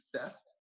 theft